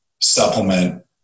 supplement